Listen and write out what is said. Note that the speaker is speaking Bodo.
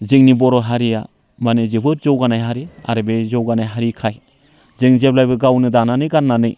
जोंनि बर' हारिया माने जोबोद जौगानाय हारि आरो बे जौगानाय हारिखाय जों जेब्लायबो गावनो दानानै गाननानै